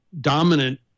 dominant